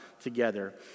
together